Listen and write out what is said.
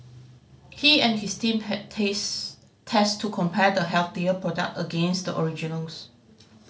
he and his team had taste test to compare the healthier product against the originals